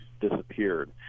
disappeared